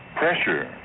pressure